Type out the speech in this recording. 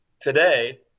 Today